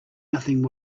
nothing